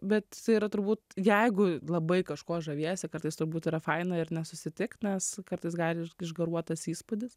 bet yra turbūt jeigu labai kažkuo žaviesi kartais turbūt yra faina ir nesusitikt nes kartais gali iš išgaruot tas įspūdis